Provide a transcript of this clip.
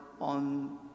on